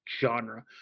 genre